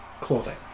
clothing